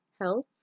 health